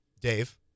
Dave